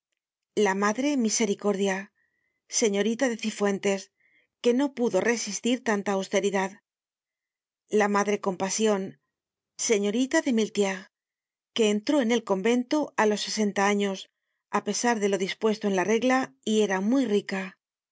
la madre misericordia señorita de cifuentes que no pudo resistir tanta austeridad la madre compasion señorita de miltiére que entró en el convento álos sesenta años á pesar de lo dispuesto en la regla y era muy rica